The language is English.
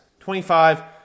25